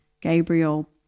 Gabriel